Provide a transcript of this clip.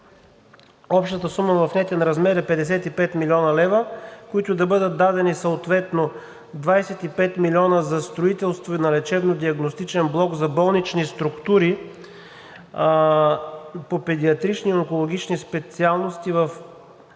увеличена, в нетен размер е 55 млн. лв., които да бъдат дадени съответно – 25 милиона за строителство на лечебно-диагностичен блок за болнични структури по педиатрични и онкологични специалности в болницата